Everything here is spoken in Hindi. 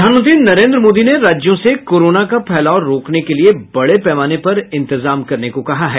प्रधानमंत्री नरेंद्र मोदी ने राज्यों से कोरोना का फैलाव रोकने के लिये बड़े पैमान पर इंतजाम करने को कहा है